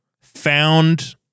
found